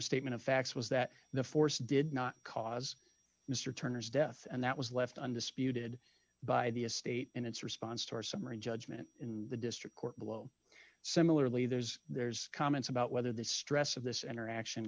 statement of facts was that the force did not cause mr turner's death and that was left undisputed by the estate and its response to our summary judgment in the district court below similarly there's there's comments about whether the stress of this interaction